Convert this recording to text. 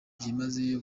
byimazeyo